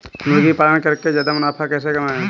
मुर्गी पालन करके ज्यादा मुनाफा कैसे कमाएँ?